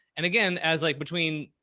and again, as like between,